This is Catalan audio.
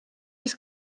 els